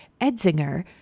Edzinger